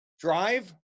drive